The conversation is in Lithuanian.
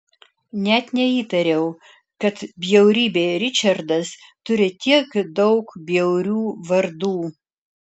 net neįtariau kad bjaurybė ričardas turi tiek daug bjaurių vardų